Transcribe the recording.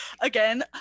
Again